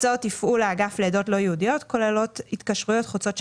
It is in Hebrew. הוצאות תפעול האגף לעדות לא יהודיות כוללות התקשרויות חוצות שנה,